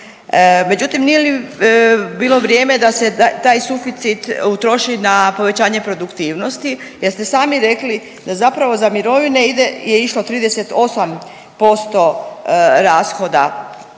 međutim nije li bilo vrijeme da se taj suficit utroši na povećanje produktivnosti jer ste sami rekli da zapravo za mirovine ide je išlo 38% rashoda